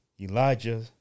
Elijah